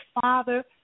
Father